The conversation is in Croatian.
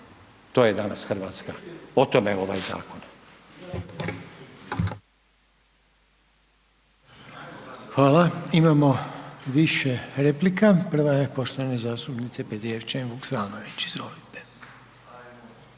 to je danas Hrvatska. O tome ovaj zakon.